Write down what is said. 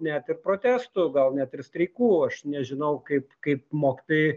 net ir protestų gal net ir streikų aš nežinau kaip kaip mokytojai